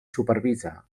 supervisa